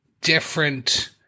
different